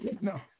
no